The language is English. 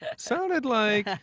ah sounded like.